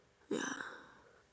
ya